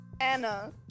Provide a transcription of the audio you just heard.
Anna